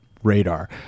Radar